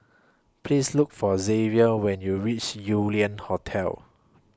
Please Look For Xzavier when YOU REACH Yew Lian Hotel